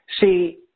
See